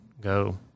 go –